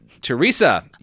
Teresa